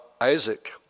Isaac